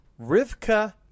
Rivka